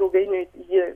ilgainiui ji